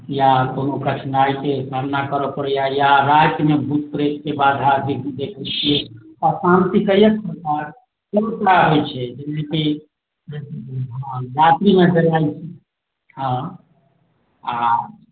या कओनो कठिनाइके सामना करै पड़ैया या रातिमे भूत प्रेतके बाधा अधिक देखैत छियै अशान्ति कैएक प्रकारके बहुत रास होइत छै जाहि से कि रात्रिमे से हँ आ